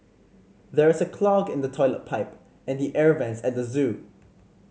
there's a clog in the toilet pipe and the air vents at the zoo